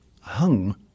hung